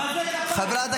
אבל זה כפיים.